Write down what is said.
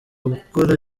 gukora